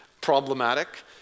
problematic